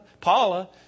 Paula